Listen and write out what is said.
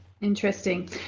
Interesting